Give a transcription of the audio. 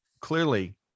clearly